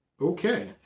Okay